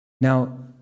Now